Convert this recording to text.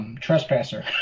Trespasser